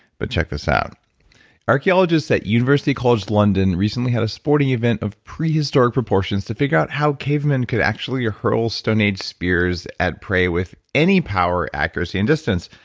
but check this out archeologists at university college london recently had a sporting event of prehistoric proportions to figure out how cavemen could actually hurl stone aged spears at prey with any power, accuracy, and distance,